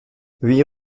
huit